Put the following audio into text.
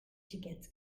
xiquets